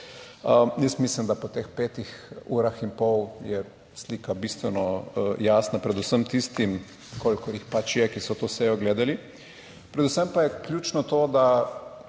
Jaz mislim, da po teh petih urah in pol je slika bistveno jasna, predvsem tistim, kolikor jih pač je, ki so to sejo gledali. Predvsem pa je ključno to, da